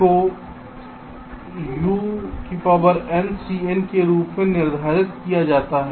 तो CL को UNCin के रूप में निर्धारित किया जाता है